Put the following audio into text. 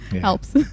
helps